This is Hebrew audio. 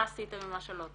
מה עשיתם עם מה שלא תוקנו?